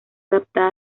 adaptada